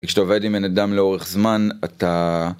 כשאתה עובד עם בן אדם לאורך זמן אתה...